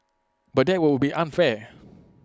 but that would be unfair